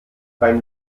beim